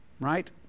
right